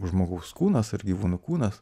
žmogaus kūnas ar gyvūnų kūnas